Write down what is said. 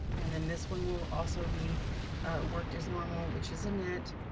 and then this one will also be worked as normal, which is a knit,